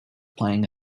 playing